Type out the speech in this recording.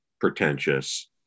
pretentious